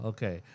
Okay